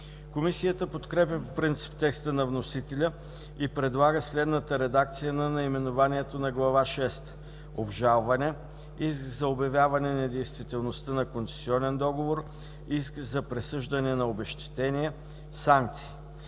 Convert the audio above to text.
Комисията подкрепя по принцип текста на вносителя и предлага следната редакция на наименованието на Глава шеста: „Обжалване. Иск за обявяване недействителността на концесионен договор. Иск за присъждане на обезщетения. Санкции“.